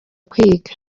kwiga